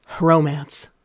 Romance